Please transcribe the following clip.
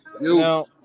Now